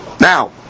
Now